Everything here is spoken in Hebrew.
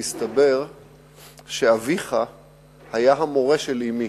הסתבר שאביך היה המורה של אמי.